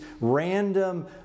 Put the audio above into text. random